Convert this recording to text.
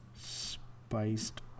Spiced